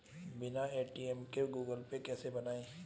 बिना ए.टी.एम के Google Pay कैसे बनायें?